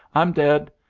i'm dead,